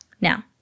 Now